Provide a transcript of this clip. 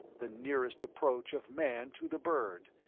the nearest approach of man to the bird,